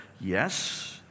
yes